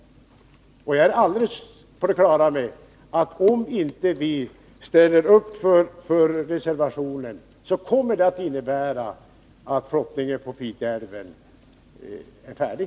Jag är helt på det klara med att om vi inte ställer upp för reservationen så kommer det att innebära att flottningen på Piteälven är färdig.